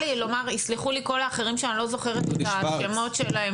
יסלחו לי כל האחרים שאני לא זוכרת את השמות שלה,